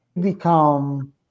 become